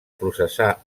processar